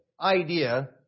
idea